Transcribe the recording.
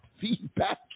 feedback